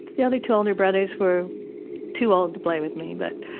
the other two older brothers were too old to play with me but,